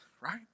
right